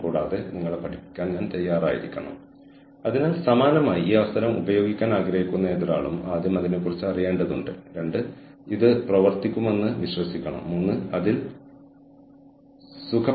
പക്ഷേ സംഭവിച്ചത് കുറച്ച് കാലത്തേക്ക് വാഷിംഗ് മെഷീൻ ഉപയോഗിച്ചതിന് ശേഷം ഞങ്ങളുടെ അയൽക്കാരോടും സുഹൃത്തുക്കളോടും ഞങ്ങളുടെ കുടുംബാംഗങ്ങളോടും ഈ ബ്രാൻഡ് എനിക്ക് നന്നായി പ്രവർത്തിച്ചു